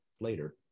later